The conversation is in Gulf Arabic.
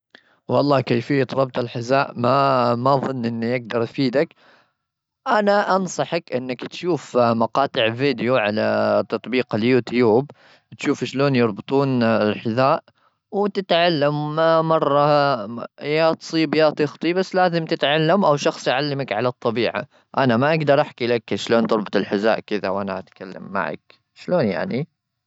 والله، كيفية ربط الحزاء، ما أظن إني أقدر أفيدك. أنا أنصحك إنك تشوف مقاطع فيديو على تطبيق اليوتيوب. تشوف شلون يربطون الحذاء. وتتعلم مرة، يا تصيب يا تخطئ، بس لازم تتعلم أو شخص يعلمك على الطبيعة. أنا ما أقدر أحكي لك شلون تربط الحزاء كذا وأنا أتكلم معك. شلون يعني؟